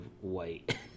white